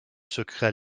secret